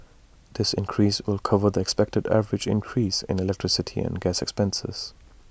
this increase will cover the expected average increase in electricity and gas expenses